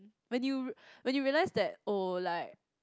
when you when you realise that oh like